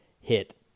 hit